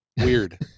weird